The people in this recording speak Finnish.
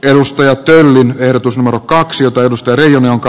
edustaja töllin ehdotus kaksiota edustajien jonka